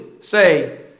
say